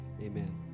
amen